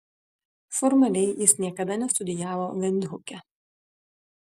formaliai jis niekada nestudijavo vindhuke